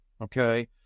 Okay